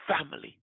family